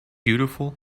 beautiful